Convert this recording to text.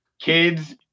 kids